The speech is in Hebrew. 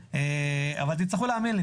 אבל תצטרכו להאמין לי.